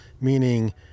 meaning